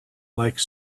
like